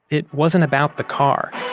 it wasn't about the car,